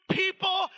people